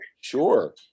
sure